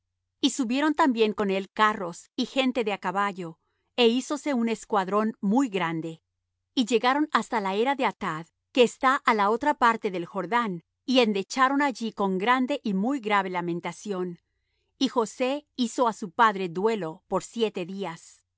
y subieron también con él carros y gente de á caballo é hízose un escuadrón muy grande y llegaron hasta la era de atad que está á la otra parte del jordán y endecharon allí con grande y muy grave lamentación y josé hizo á su padre duelo por siete días